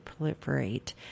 proliferate